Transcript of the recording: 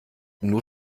nur